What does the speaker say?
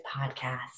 podcast